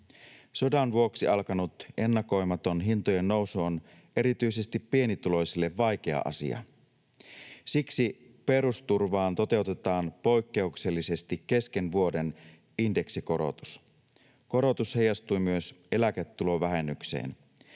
Sodan vuoksi alkanut ennakoimaton hintojen nousu on erityisesti pienituloisille vaikea asia. Siksi perusturvaan toteutetaan poikkeuksellisesti kesken vuoden indeksikorotus. Korotus heijastuu myös eläketulovähennykseen.